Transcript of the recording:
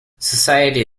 society